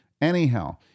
Anyhow